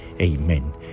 Amen